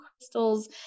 crystals